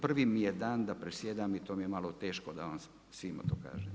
Prvi mi je dan da predsjedam i to mi je malo teško da vam svima to kažem.